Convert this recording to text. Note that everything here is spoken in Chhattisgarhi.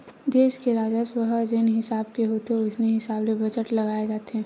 देस के राजस्व ह जेन हिसाब के होथे ओसने हिसाब ले बजट बनाए जाथे